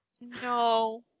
No